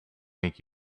make